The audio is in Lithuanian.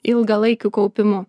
ilgalaikiu kaupimu